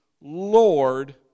Lord